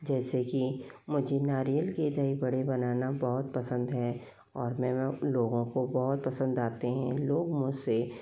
जैसे कि मुझे नारियल के दही बड़े बनाना बहुत पसंद है और मैं लोगों को बहुत पसंद आते हैं लोग मुझसे